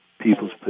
people's